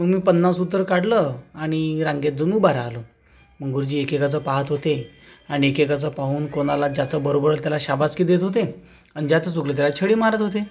मग मी पन्नास उत्तर काढलं आणि रांगेत जाऊन उभा राहिलो मग गुरुजी एकेकाचं पाहत होते आणि एकेकाचं पाहून कोणाला ज्याचबरोबर त्याला शाबासकी देत होते आणि ज्याचं चुकलं त्याला छडी मारत होते